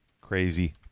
Crazy